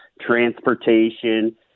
transportation